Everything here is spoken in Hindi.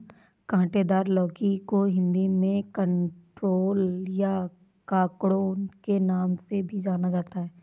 काँटेदार लौकी को हिंदी में कंटोला या ककोड़ा के नाम से भी जाना जाता है